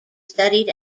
studied